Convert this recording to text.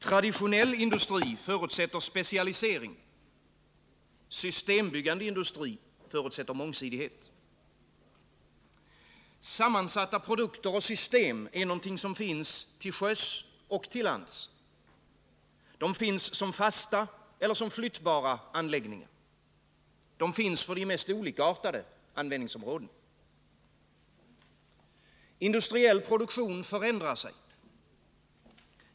Traditionell industri förutsätter specialisering. Systembyggande industri förutsätter mångsidighet. Sammansatta produkter och system är något som finns till sjöss och till lands. De finns som fasta eller flyttbara anläggningar. De finns för de mest olikartade användningsområden. Industriell produktion förändrar sig.